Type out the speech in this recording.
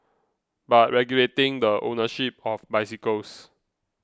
but regulating the ownership of bicycles